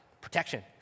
Protection